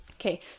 Okay